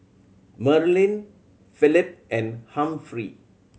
Maralyn Phillip and Humphrey